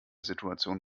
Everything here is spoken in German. situation